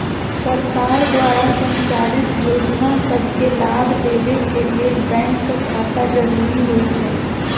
सरकार द्वारा संचालित जोजना सभके लाभ लेबेके के लेल बैंक खता जरूरी होइ छइ